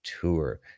tour